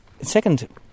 second